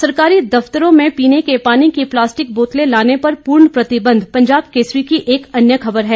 सरकारी दफ्तरों में पीने के पानी की प्लास्टिक बोतलें लाने पर पूर्ण प्रतिबंध पंजाब केसरी की एक अन्य खबर है